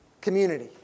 community